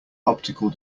optical